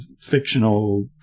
fictional